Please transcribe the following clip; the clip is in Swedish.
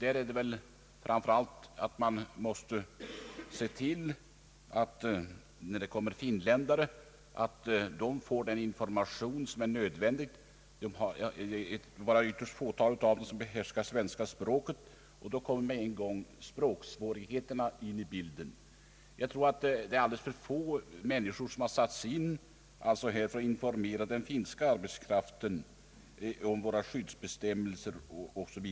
Främst måste man se till att finländarna får den information som är nödvändig. Ytterst få behärskar svenska språket, och då kommer med en gång språksvårigheterna in i bilden. Jag tror att alldeles för få människor har satts in för att informera den finska arbetskraften om våra skyddsbestämmelser 0. s. v.